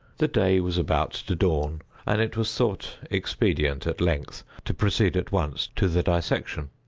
the day was about to dawn and it was thought expedient, at length, to proceed at once to the dissection.